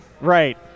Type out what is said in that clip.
Right